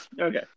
Okay